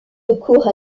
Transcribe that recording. recours